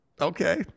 Okay